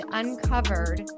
uncovered